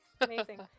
Amazing